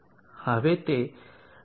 હવે તે ઘર્ષણ પરિબળ છે